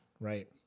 right